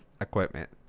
equipment